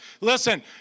Listen